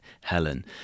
Helen